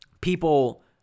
people